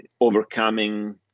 overcoming